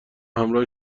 همراه